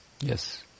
Yes